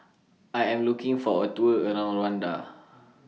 I Am looking For A Tour around Rwanda